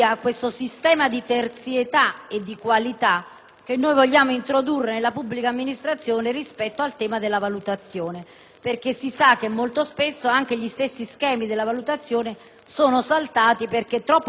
che noi vogliamo introdurre nella pubblica amministrazione rispetto al tema della valutazione. Si sa infatti che molto spesso gli schemi della valutazione sono saltati perché troppo poco qualificati o troppo dipendenti